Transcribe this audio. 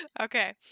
Okay